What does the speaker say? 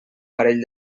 parell